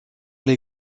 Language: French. les